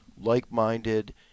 like-minded